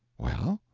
well?